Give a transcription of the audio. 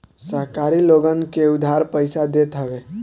सहकारी लोगन के उधार पईसा देत हवे